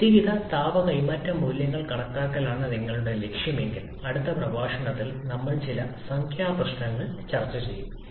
വ്യക്തിഗത താപ കൈമാറ്റം മൂല്യങ്ങൾ കണക്കാക്കലാണ് നിങ്ങളുടെ ലക്ഷ്യം എങ്കിൽ അടുത്ത പ്രഭാഷണത്തിൽ നമ്മൾ ചില സംഖ്യാ പ്രശ്നങ്ങൾ പരിഹരിക്കും